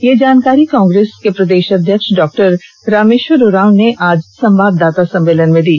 यह जानकारी कांग्रेस प्रदेश अध्यक्ष डॉ रामेश्वर उरांव ने आज संवाददाता सम्मेलन में दी